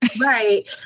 Right